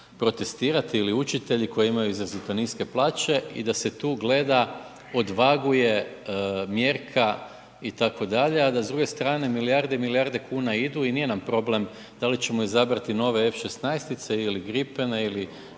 protestirati ili učitelji koji imaju izrazito niske plaće i da se tu gleda, odvaguje, mjerka itd., a da s druge strane milijarde i milijarde kuna idu i nije nam problem da li ćemo izabrati nove F16-tice ili Gripene ili